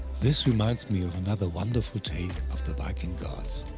this reminds me of another wonderful tale of the viking gods.